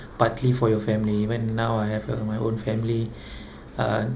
partly for your family even now I have uh my own family uh